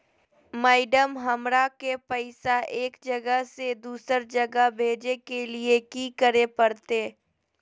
Madam, हमरा के पैसा एक जगह से दुसर जगह भेजे के लिए की की करे परते?